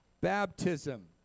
baptism